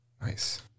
Nice